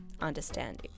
understanding